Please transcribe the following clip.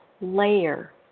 layer